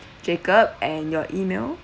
jacob and your email